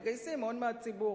מגייסים הון מהציבור.